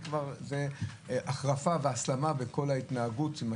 זו כבר החרפה וההסלמה בכל ההתנהגות של מה